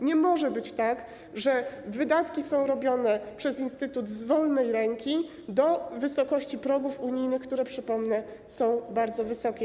Nie może być tak, że wydatki są robione przez instytut z wolnej ręki do wysokości progów unijnych, które - przypomnę - są bardzo wysokie.